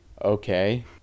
Okay